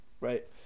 right